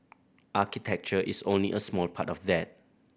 architecture is only a small part of that